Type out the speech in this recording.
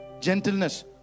Gentleness